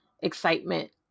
excitement